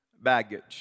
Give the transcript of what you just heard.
baggage